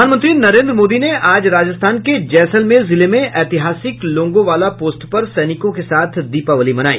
प्रधानमंत्री नरेन्द्र मोदी ने आज राजस्थान के जैसलमेर जिले में ऐतिहासिक लोंगोवाला पोस्ट पर सैनिकों के साथ दीपावली मनाई